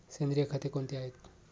सेंद्रिय खते कोणती आहेत?